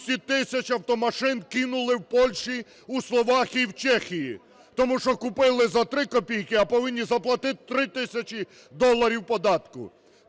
200 тисяч автомашин кинули в Польщі, у Словаччині, в Чехії, тому що купили за три копійки, а повинні заплатити три тисячі доларів податку.